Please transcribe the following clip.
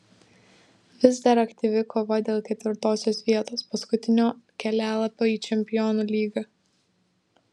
vis dar aktyvi kova dėl ketvirtosios vietos paskutinio kelialapio į čempionų lygą